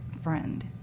friend